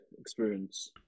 experience